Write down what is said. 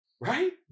Right